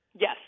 Yes